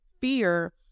fear